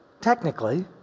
Technically